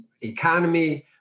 economy